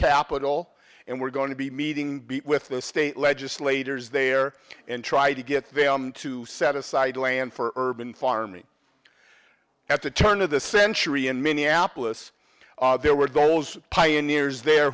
capitol and we're going to be meeting be with the state legislators there and try to get them to set aside land for urban farming at the turn of the century in minneapolis there were those pioneers there